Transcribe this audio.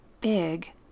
big